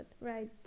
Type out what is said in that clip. right